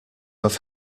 have